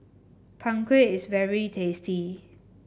Png Kueh is very tasty